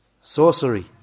sorcery